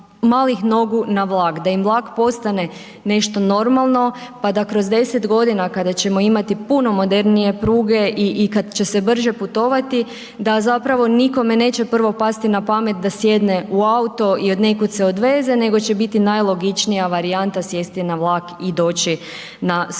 da im vlak postane nešto normalno pa da kroz 10 godina kada ćemo imati puno modernije pruge i kad će se brže putovati da zapravo nikome neće prvo pasti na pamet da sjedne u auto jer nekud se odveze nego će biti najlogičnija varijanta sjesti na vlak i doći na svoje